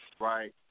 right